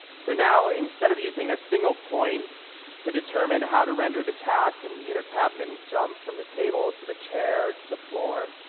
so now instead of using a single point to determine how to render the cat and you know to have mittens jump from the table to the chair to the floor,